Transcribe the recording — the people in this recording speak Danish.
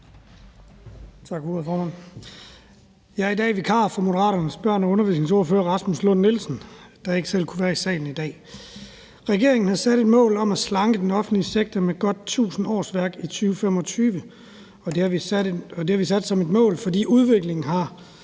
Jeg er i dag vikar for Moderaternes børne- og undervisningsordfører, Rasmus Lund-Nielsen, der ikke selv kunne være i salen i dag. Regeringen har sat et mål om at slanke den offentlige sektor med godt 1.000 årsværk i 2025, og det har vi sat som et mål, fordi udviklingen i